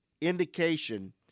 indication